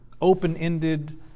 open-ended